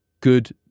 good